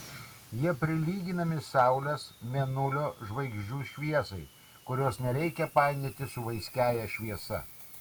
jie prilyginami saulės mėnulio žvaigždžių šviesai kurios nereikia painioti su vaiskiąja šviesa